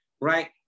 right